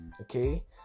Okay